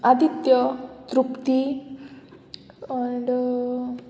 Aditya Trupti and